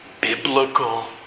Biblical